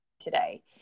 today